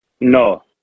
No